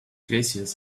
glaciers